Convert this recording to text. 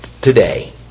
today